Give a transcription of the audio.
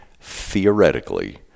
theoretically